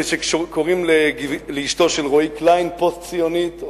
וכשקוראים לאשתו של רועי קליין פוסט-ציונית,